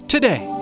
Today